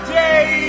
day